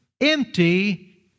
empty